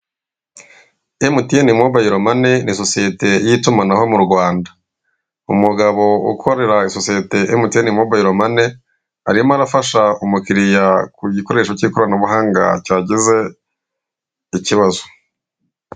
Emutiyene mobayiro mane ni sosiyete y'itumanaho mu Rwanda. Umugabo ukorera sosiyete emutiyeni mobayiro mane, arimo arafasha umukiriya ku gikoresho cy'ikoranabuhanga cyagize ikibazo.